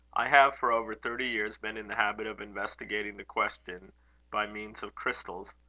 i have for over thirty years been in the habit of investigating the question by means of crystals.